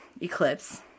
eclipse